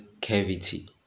cavity